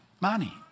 money